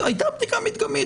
מדגמית, הייתה בדיקה מדגמית.